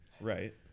Right